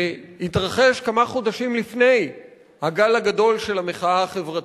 שהתרחש כמה חודשים לפני הגל הגדול של המחאה החברתית,